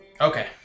Okay